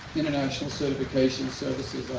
international certification services.